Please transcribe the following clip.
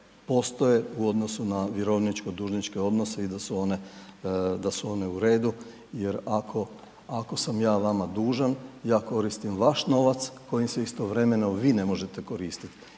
u odnosu na vjerovničko dužničke odnose i da su one u redu jer ako sam ja vama dužan ja koristim vaš novac kojim se istovremeno vi ne možete koristiti